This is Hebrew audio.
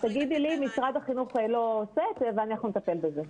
תגידי לי שמשרד החינוך לא עושה ואנחנו נטפל בזה.